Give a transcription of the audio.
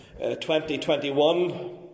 2021